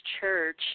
church